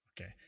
Okay